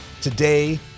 Today